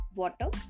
water